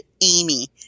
Amy